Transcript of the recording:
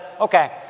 okay